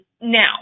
Now